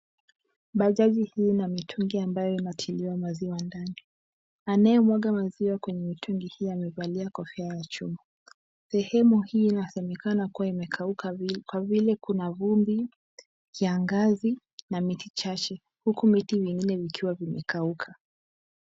Bajaji hii ina mitungi ambayo inatiliwa maziwa ndani. Anayemwaga maziwa kwenye mitungi hii amevalia kofia ya chuma. Sehemu hii inasemekana kuwa imekauka kwa vile kuna vumbi, kiangazi na miti chache huku miti mingine vikiwa vimekauka.